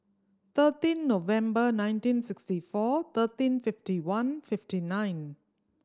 thirteen Noveber nineteen sixty four thirteen fifty one fifty nine